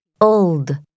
Old